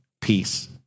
peace